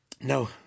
No